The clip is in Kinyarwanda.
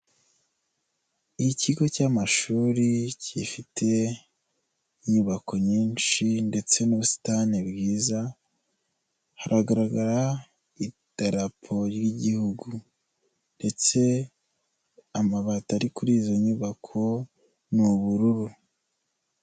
Ikigo cy'amashuri gifite inyubako nyinshi ndetse n'ubusitani bwiza haragaragara idarapo ry'Igihugu ndetse amabati ari kuri izo nyubako ni ubururu.